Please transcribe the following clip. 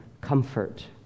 comfort